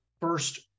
first